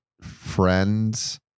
friend's